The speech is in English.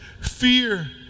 Fear